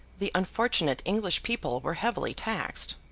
the unfortunate english people were heavily taxed.